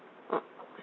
oh